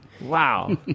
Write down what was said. Wow